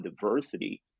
diversity